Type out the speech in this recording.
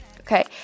Okay